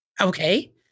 okay